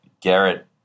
Garrett